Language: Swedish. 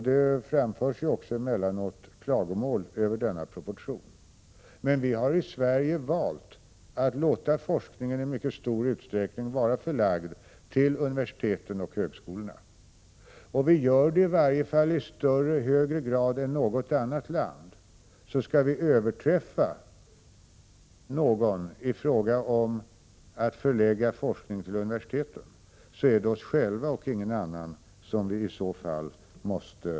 Det framförs emellanåt klagomål över denna proportion, men vi har i Sverige valt att låta forskningen i mycket stor utsträckning vara förlagd till universiteten och högskolorna. Vi gör det i högre grad än något annat land. Om vi då skall överträffa någon i fråga om att förlägga forskning till universiteten är det oss själva och ingen annan.